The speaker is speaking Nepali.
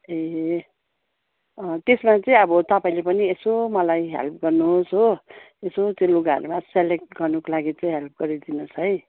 ए त्यसमा चाहिँ अब तपाईँले पनि यसो मलाई हेल्प गर्नु होस् हो यसो त्यो लुगाहरूमा सेलेक्ट गर्नुको लागि चाहिँ हेल्प गरिदिनु होस् है